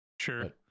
Sure